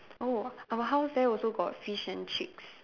oh my house there also got fish and chicks